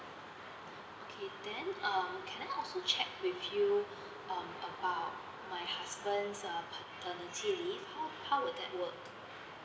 okay then um can I ask to check with you um about my husband uh paternity leave how how would that work